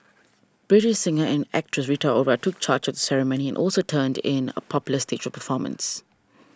British singer and actress Rita Ora took charge of the ceremony and also turned in a popular stage performance